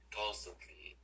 constantly